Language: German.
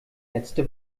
letzte